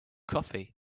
coffee